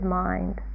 mind